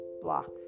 blocked